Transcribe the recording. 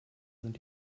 sind